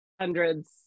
hundreds